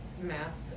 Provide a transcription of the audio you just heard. math